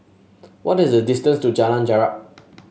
what is the distance to Jalan Jarak